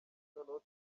noneho